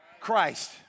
Christ